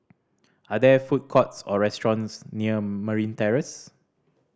are there food courts or restaurants near Marine Terrace